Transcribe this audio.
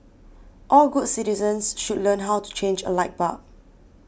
all good citizens should learn how to change a light bulb